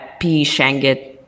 pshangit